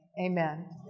amen